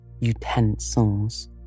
utensils